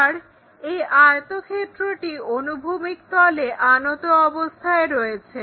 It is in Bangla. এবার এই আয়তক্ষেত্রটি অনুভূমিক তলে আনত অবস্থায় রয়েছে